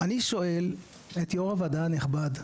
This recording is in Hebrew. אני שואל את יו"ר הוועדה הנכבד,